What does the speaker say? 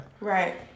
Right